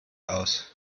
aus